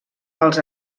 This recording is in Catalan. els